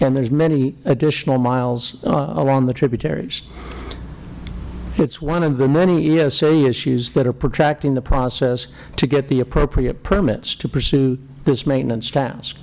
and there are many additional miles along the tributaries it is one of the many esa issues that are protracting the process to get the appropriate permits to pursue this maintenance task